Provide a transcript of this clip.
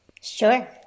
sure